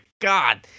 God